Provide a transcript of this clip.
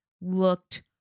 looked